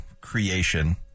creation